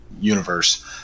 universe